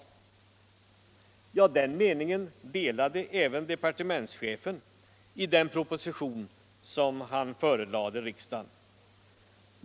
Den meningen delade även departementschefen i den proposition som han förelade riksdagen.